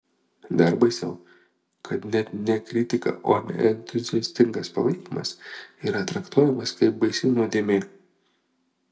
dar baisiau kad net ne kritika o neentuziastingas palaikymas yra traktuojamas kaip baisi nuodėmė